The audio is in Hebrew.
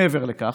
מעבר לכך,